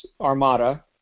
armada